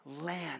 land